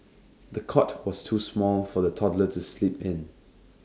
the cot was too small for the toddler to sleep in